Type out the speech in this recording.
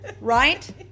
right